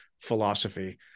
philosophy